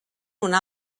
una